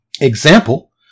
example